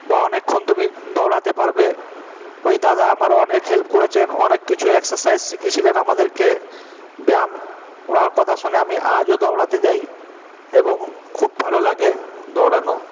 বা অনেকক্ষণ তুমি দৌড়াতে পারবে ওই দাদা আমার অনেক হেল্প করেছেন অনেক কিছু এক্সারসাইজ শিখিয়ে ছিলেন আমাদেরকে ব্যায়াম ওনার কথা শুনে আমি আজও দৌড়াতে যাই এবং খুব ভালো লাগে দৌড়ানো